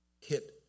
hit